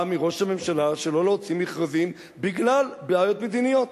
מראש הממשלה שלא להוציא מכרזים בגלל בעיות מדיניות.